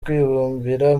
kwibumbira